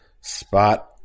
Spot